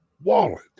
wallet